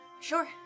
Sure